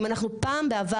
אם אנחנו פעם בעבר,